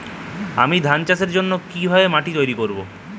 আমি ধান চাষের জন্য কি ভাবে মাটি তৈরী করব?